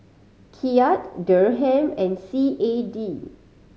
Kyat Dirham and C A D